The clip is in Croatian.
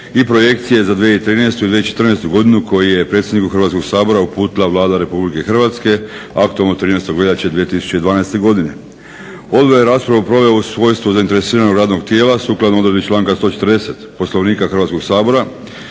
i projekcije za 2013. i 2014. godinu koji je predsjedniku Hrvatskog sabora uputila Vlada RH aktom od 13. veljače 2012. godine. Odbor je navedeni prijedlog raspravio kao zainteresirano radno tijelo. Sukladno odredbi članka 140. Poslovnika Hrvatskog sabora.